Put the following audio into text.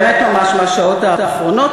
באמת ממש מהשעות האחרונות,